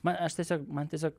man aš tiesiog man tiesiog